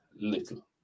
little